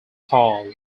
tall